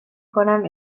کنم